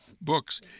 books